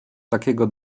takiego